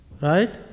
right